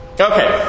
Okay